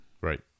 Right